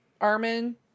armin